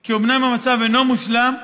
כי אומנם המצב אינו מושלם,